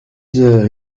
heures